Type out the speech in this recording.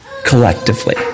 Collectively